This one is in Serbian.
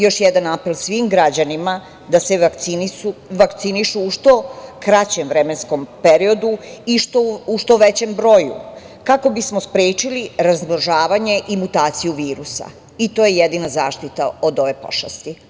Još jedan apel svim građanima da se vakcinišu u što kraćem vremenskom periodu i u što većem broju, kako bismo sprečili razmnožavanje i mutaciju virusa i to je jedina zaštita od ove pošasti.